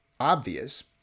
obvious